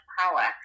power